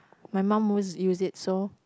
my mum always use it so